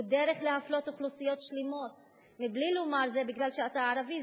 הוא דרך להפלות אוכלוסיות שלמות בלי לומר: זה כי אתה ערבי,